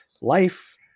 life